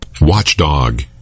Watchdog